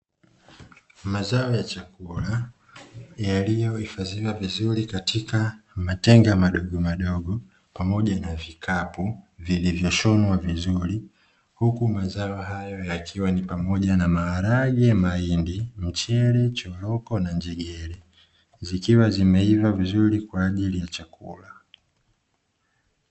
Mazao ya chakula, yaliyohifadhiwa vizuri katika matenga madogomadogo pamoja na vikapu vilivyoshonwa vizuri, huku mazao hayo yakiwa ni pamoja na maharage, mahindi, mchele, choroko na njegere, zikiwa zimeiva vizuri kwa ajili ya chakula.